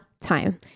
time